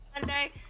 Monday